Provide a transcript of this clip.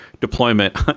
deployment